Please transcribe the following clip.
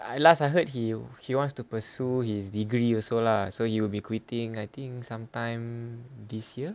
I last I heard he he wants to pursue his degree also lah so he'll be quitting I think sometime this year